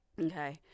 okay